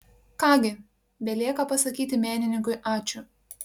ką gi belieka pasakyti menininkui ačiū